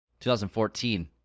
2014